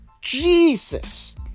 Jesus